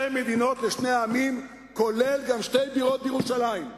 מדינות לשני עמים נכללות גם שתי בירות בירושלים.